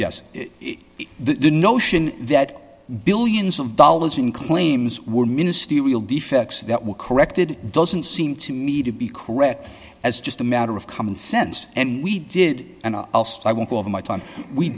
yes the notion that billions of dollars in claims were ministerial defects that were corrected doesn't seem to me to be correct as just a matter of common sense and we did and i asked i won't go over my time we